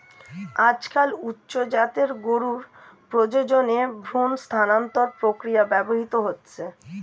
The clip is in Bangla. আজকাল উচ্চ জাতের গরুর প্রজননে ভ্রূণ স্থানান্তর প্রক্রিয়া ব্যবহৃত হচ্ছে